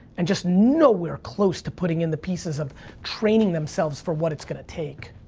and just nowhere close to putting in the pieces of training themselves for what it's gonna take,